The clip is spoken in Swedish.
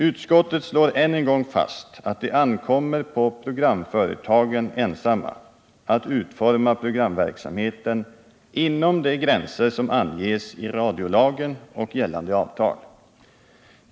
Utskottet slår än en gång fast att det ankommer på programföretagen ensamma att utforma programverksamheten inom de gränser som anges i radiolagen och i gällande avtal.